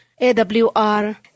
AWR